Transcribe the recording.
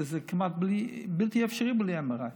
כמעט בלתי אפשרי בלי MRI,